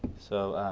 so